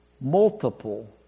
multiple